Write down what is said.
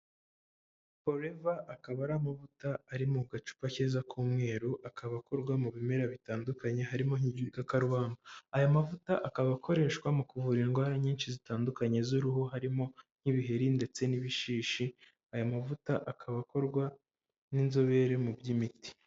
Olevar akaba ari amavuta ari mu gacupa keza k'umweru akaba akorwa mu bimera bitandukanye harimo nk'igikarubamo, aya mavuta akaba akoreshwa mu kuvura indwara nyinshi zitandukanye z'uruhu harimo nk'ibiheri ndetse n'ibishishi, ayo mavuta akaba akorwa n'inzobere mu by'imiti.